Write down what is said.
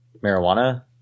marijuana